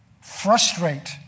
frustrate